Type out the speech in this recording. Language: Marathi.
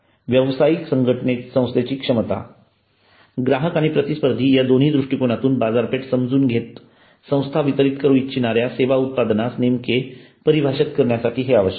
व्यवसायिक संस्थेची क्षमता ग्राहक आणि प्रतिस्पर्धी या दोन्ही दृष्टीकोनातून बाजारपेठ समजून घेत संस्था वितरित करू इच्छिणाऱ्या सेवा उत्पादनास नेमके परिभाषित करण्यासाठी हे आवश्यक आहे